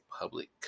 public